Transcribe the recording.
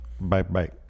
Bye-bye